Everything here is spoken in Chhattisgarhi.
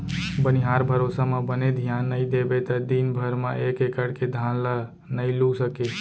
बनिहार भरोसा म बने धियान नइ देबे त दिन भर म एक एकड़ के धान ल नइ लूए सकें